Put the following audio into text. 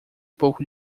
pouco